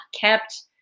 kept